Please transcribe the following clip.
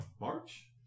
March